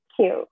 cute